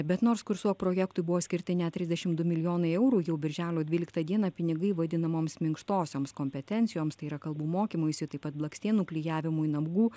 bet nors kursuo projektui buvo skirti ne trisdešim du milijonai eurų jau birželio dvyliktą dieną pinigai vadinamoms minkštosioms kompetencijoms tai yra kalbų mokymuisi taip pat blakstienų klijavimui nagų